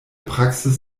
praxis